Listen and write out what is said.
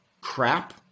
crap